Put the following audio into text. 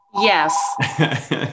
Yes